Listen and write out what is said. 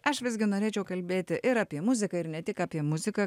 aš visgi norėčiau kalbėti ir apie muziką ir ne tik apie muziką